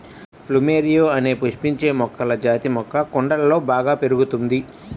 plumeria అనే పుష్పించే మొక్కల జాతి మొక్క కుండలలో బాగా పెరుగుతుంది